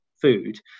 food